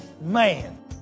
man